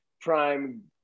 prime